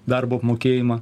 darbo apmokėjimą